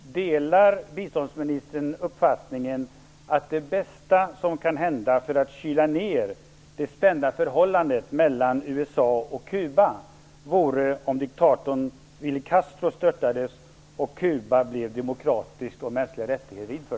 Delar biståndsministern uppfattningen att det bästa som kan hända för att kyla ned det spända förhållandet mellan USA och Kuba är att diktatorn Fidel Castro störtas och att Kuba blev demokratiskt och införde mänskliga rättigheter?